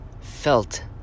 felt